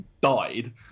died